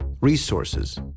resources